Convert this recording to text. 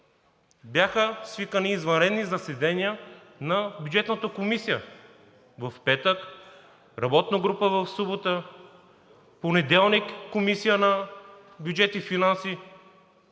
бяха свикани извънредни заседания на Бюджетната комисия в петък, работна група в събота, понеделник Комисия по бюджет и финанси,